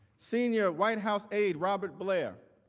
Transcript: senior white house aide robert blair,